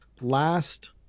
last